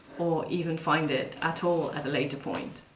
or even find it at all at a later point!